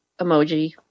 emoji